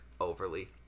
overly